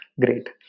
Great